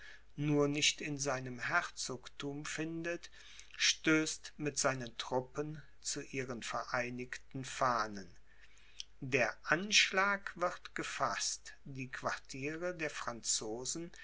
nur nicht in seinem herzogthum findet stößt mit seinen truppen zu ihren vereinigten fahnen der anschlag wird gefaßt die quartiere der franzosen